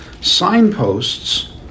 signposts